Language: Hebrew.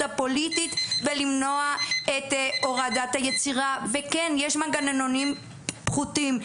הפוליטית ולמנוע את הורדת היצירה וכן יש מנגנונים פחותים.